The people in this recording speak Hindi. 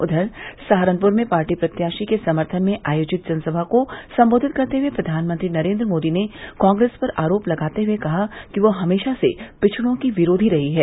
उद्यर सहारनपुर में पार्टी प्रत्याशी के समर्थन में आयोजित जनसमा को सम्बोधित करते हए प्रघानमंत्री नरेन्द्र मोदी ने कांग्रेस पर आरोप लगाते हए कहा कि वह हमेशा से पिछड़ों की विरोधी रही है